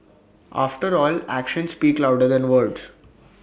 after all actions speak louder than words